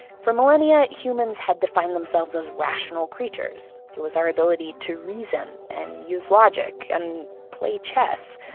for millennia, humans had defined themselves as rational creatures. it was our ability to reason and use logic and play chess,